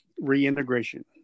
reintegration